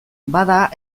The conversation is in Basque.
bada